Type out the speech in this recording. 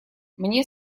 мне